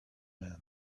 man